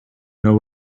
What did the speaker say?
know